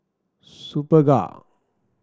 Superga